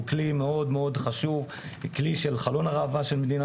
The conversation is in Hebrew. הן 50% קבוצות של בנות.